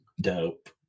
dope